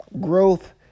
Growth